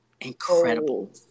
incredible